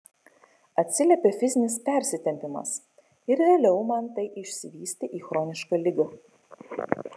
atsiliepė fizinis persitempimas ir vėliau man tai išsivystė į chronišką ligą